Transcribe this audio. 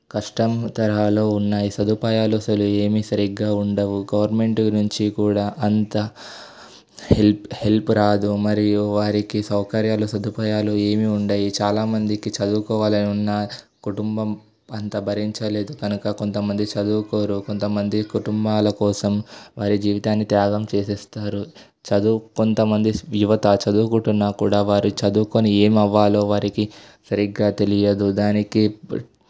కష్టం తరహాలో ఉన్నాయి సదుపాయాలు అసలు ఏమి సరిగ్గా ఉండవు గవర్నమెంట్ నుంచి కూడా అంత హెల్ప్ హెల్ప్ రాదు మరియు వారికి సౌకర్యాలు సదుపాయాలు ఏమీ ఉండవు చాలామందికి చదువుకోవాలని ఉన్న కుటుంబం అంత భరించలేదు కనుక కొంతమంది చదువుకోరు కొంతమంది కుటుంబాల కోసం వారి జీవితాన్ని త్యాగం చేసేస్తారు చదువు కొంతమంది యువత చదువుకుంటున్నా కూడా వారు చదువుకొని ఏమి అవ్వాలో వారికి సరిగ్గా తెలియదు దానికి